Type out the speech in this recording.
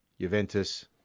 Juventus